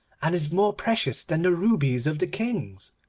and is more precious than the rubies of the kings.